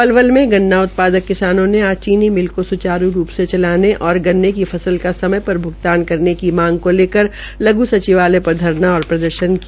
पलवल मे गन्ना उत्पादक किसानों ने आज चीनी मिल को सुचारू रूप से चलाने और गन्ने की फसल का समय पर भ्गतान करने की मांग को लेकर लघ् सचिवालय पर धरना प्रदर्शन किया